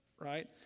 right